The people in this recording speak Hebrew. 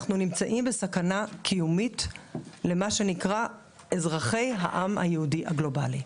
אנחנו נמצאים בסכנה קיומית למה שנקרא: אזרחי העם היהודי הגלובלי.